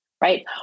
right